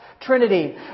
Trinity